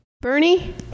Bernie